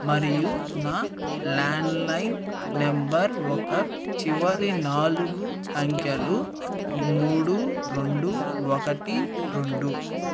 మరియు నా landline number ఒక చివరి నాలుగు అంకెలు మూడు రెండు ఒకటి రెండు